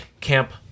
camp